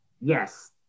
Yes